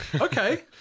okay